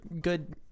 good